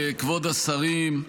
כבוד השרים,